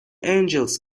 angels